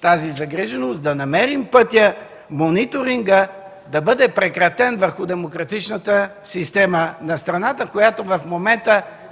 тази загриженост – трябва да намерим пътя мониторингът да бъде прекратен върху демократичната система на страната, която